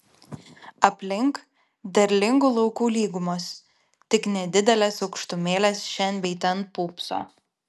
aplink derlingų laukų lygumos tik nedidelės aukštumėlės šen bei ten pūpso